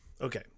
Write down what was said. Okay